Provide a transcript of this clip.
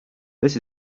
this